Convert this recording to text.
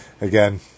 Again